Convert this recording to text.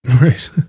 Right